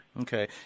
Okay